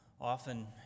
often